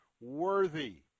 worthy